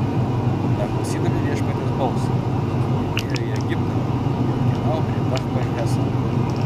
neklausydami viešpaties balso jie ėjo į egiptą ir atkeliavo prie tachpanheso